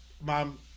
Mom